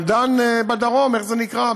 גם דן בדרום, איך זה נקרא?